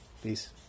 Peace